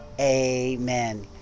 amen